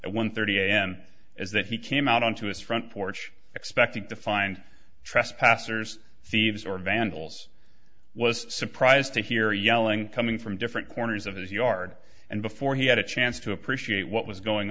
at one thirty am is that he came out onto his front porch expecting to find trespassers thieves or vandals was surprised to hear yelling coming from different corners of his yard and before he had a chance to appreciate what was going